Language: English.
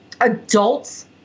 adults